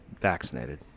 vaccinated